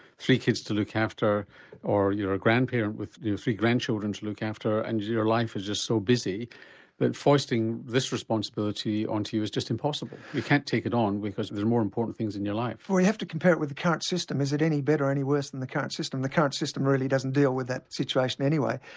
three kids to look after or you're a grandparent with three grandchildren to look after and your life is just so busy that foisting this responsibility onto you is just impossible? you can't take it on because there are more important things in your life. well you have to compare it with the current system is it any better or any worse than the current system? the current system really doesn't deal with that situation anyway,